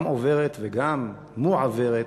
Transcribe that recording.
גם עוברת וגם מועברת,